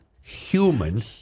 human